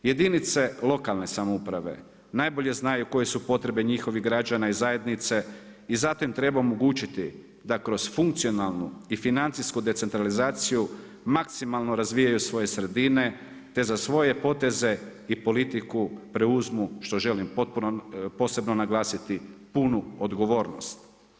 Jedinice lokalne samouprave najbolje znaju koje su potrebe njihovih građana i zajednice i zato im treba omogućiti da kroz funkcionalnu i financijsku decentralizaciju maksimalno razvijaju svoje sredine, te za svoje poteze i politiku preuzmu što želim posebno naglasiti, punu odgovornost.